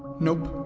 nope